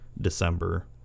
December